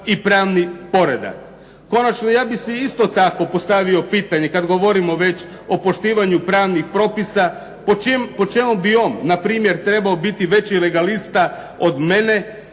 i pravni poredak. Konačno, ja bih isto tako postavio pitanje kad govorimo već o poštivanju pravnih propisa, po čemu bi on npr. trebao biti veći legalista od mene,